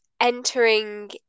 entering